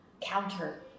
counter